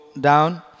down